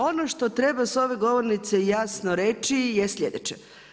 Ono što treba s ove govornice jasno reći je sljedeće.